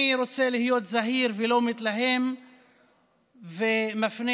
אני רוצה להיות זהיר ולא מתלהם ולא אפנה